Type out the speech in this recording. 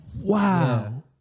Wow